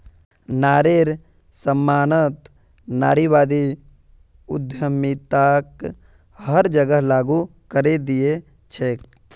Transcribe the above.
नारिर सम्मानत नारीवादी उद्यमिताक हर जगह लागू करे दिया छेक